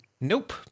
Nope